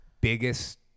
biggest